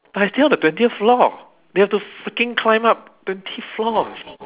but I stay on the twentieth floor they have to freaking climb up twenty floors